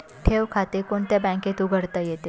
ठेव खाते कोणत्या बँकेत उघडता येते?